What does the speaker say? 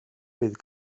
bydd